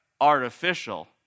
artificial